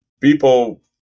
people